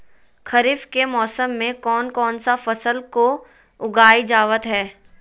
खरीफ के मौसम में कौन कौन सा फसल को उगाई जावत हैं?